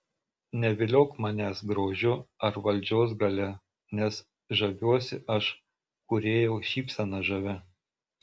neviliok manęs grožiu ar valdžios galia nes žaviuosi aš kūrėjo šypsena žavia